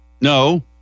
no